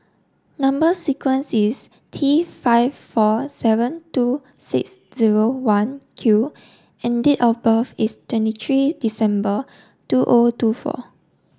number sequence is T five four seven two six zero one Q and date of birth is twenty three December two O two four